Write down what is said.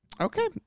Okay